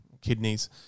kidneys